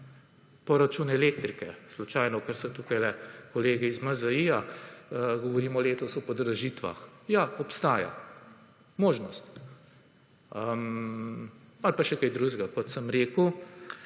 Poračun elektrike slučajno, ker so tukajle kolegi iz MZI-ja, govorimo letos o podražitvah, ja, obstaja možnost. Potem je pa še kaj drugega, kot sem rekel.